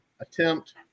Attempt